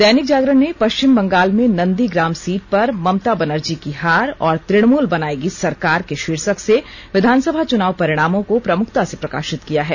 दैनिक जागरण ने पष्चिम बंगाल में Nandigram seat पर ममता बनर्जी की हार और तृणमूल बनाएगी सरकार के षीर्षक से विधानसभा चुनाव परिणामों को प्रमुखता से प्रकाषित किया है